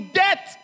debt